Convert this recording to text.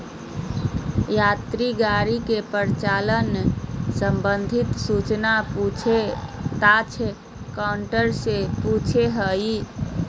यात्री गाड़ी के परिचालन संबंधित सूचना पूछ ताछ काउंटर से पूछो हइ